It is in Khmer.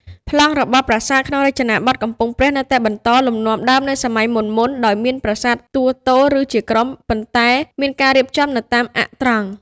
ប្លង់របស់ប្រាសាទក្នុងរចនាបថកំពង់ព្រះនៅតែបន្តលំនាំដើមនៃសម័យមុនៗ ដោយមាន ប្រាសាទតួទោល ឬជាក្រុម ប៉ុន្តែមានការរៀបចំនៅតាមអ័ក្សត្រង់។